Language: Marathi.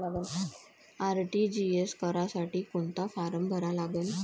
आर.टी.जी.एस करासाठी कोंता फारम भरा लागन?